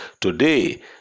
today